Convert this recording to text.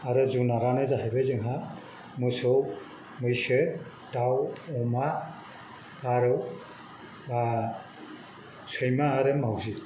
आरो जुनारानो जाहैबाय जोंहा मोसौ मैसो दाउ अमा फारौ बा सैमा आरो मावजि